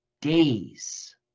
days